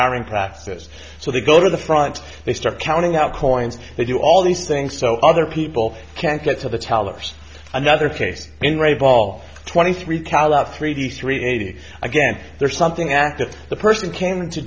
hiring practices so they go to the front they start counting out coins they do all these things so other people can't get to the tolerance another case in re ball twenty three callout three eighty three eighty again there's something active the person came to